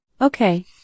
Okay